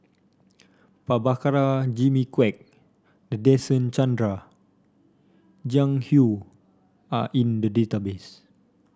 Prabhakara Jimmy Quek Nadasen Chandra Jiang Hu are in the database